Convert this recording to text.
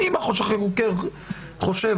אם החוקר חושב,